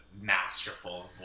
masterful